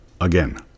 Again